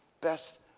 best